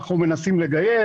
אנחנו מנסים לגייס,